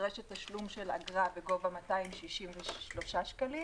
נדרש תשלום של אגרה בגובה 263 שקלים